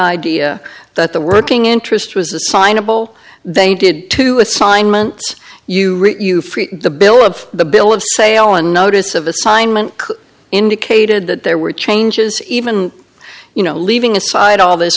idea that the working interest was assignable they did two assignments you read the bill of the bill of sale a notice of assignment indicated that there were changes even you know leaving aside all this